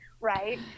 Right